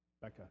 Becca